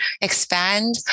expand